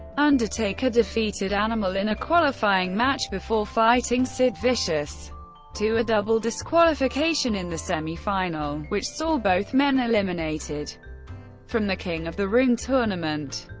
undertaker defeated animal in a qualifying match before fighting sid vicious to a double disqualification in the semi-final, which saw both men eliminated from the king of the ring tournament.